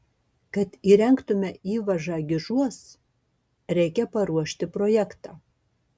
kad įrengtume įvažą gižuos reikia paruošti projektą